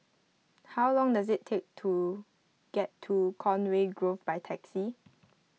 how long does it take to get to Conway Grove by taxi